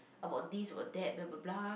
about this or that blah blah blah